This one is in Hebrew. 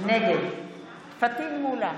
נגד פטין מולא,